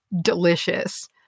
delicious